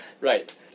Right